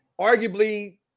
arguably